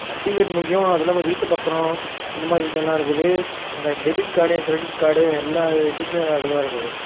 certificate முக்கியம் அது இல்லாமல் வீட்டு பத்தரம் இந்த மாதிரி விஷயம்லாம் இருக்குது அந்த டெபிட் கார்டு என் க்ரெடிட் கார்டு எல்லா இது டீடியலும் அதில் தான் இருக்குது